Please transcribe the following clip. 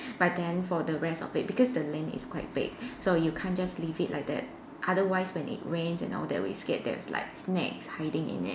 but then for the rest of it because the land is quite big so you can't just leave it like that otherwise when it rains and all that we scared there's like snakes hiding in it